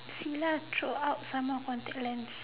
see lah throw out some more contact lens